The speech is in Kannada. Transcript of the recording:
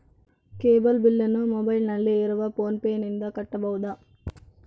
ಕೇಬಲ್ ಬಿಲ್ಲನ್ನು ಮೊಬೈಲಿನಲ್ಲಿ ಇರುವ ಫೋನ್ ಪೇನಿಂದ ಕಟ್ಟಬಹುದಾ?